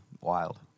wild